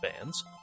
bands